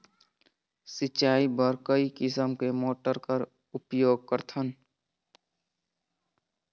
सिंचाई बर कई किसम के मोटर कर उपयोग करथन?